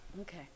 Okay